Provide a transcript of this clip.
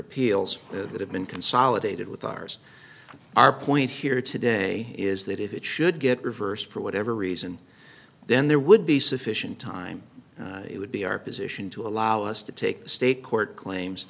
appeals that have been consolidated with ours our point here today is that if it should get reversed for whatever reason then there would be sufficient time it would be our position to allow us to take the state court claims